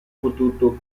potuto